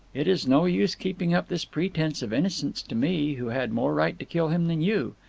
it is no use keeping up this pretence of innocence to me, who had more right to kill him than you.